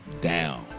down